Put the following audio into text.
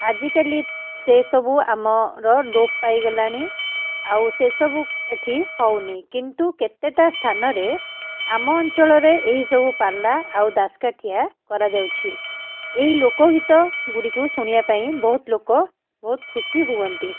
ଆଜିକାଲି ସେସବୁ ଆମର ଲୋପ ପାଇଗଲାଣି ଆଉ ସେସବୁ ଏଇଠି ହେଉନି କିନ୍ତୁ କେତେଟା ସ୍ଥାନରେ ଆମ ଅଞ୍ଚଳରେ ଏହିସବୁ ପାଲା ଆଉ ଦାଶକାଠିଆ କରାଯାଉଛି ଏହି ଲୋକଗୀତ ଗୁଡ଼ିକୁ ଶୁଣିବାପାଇଁ ବହୁତ ଲୋକ ବହୁତ ଖୁସି ହୁଅନ୍ତି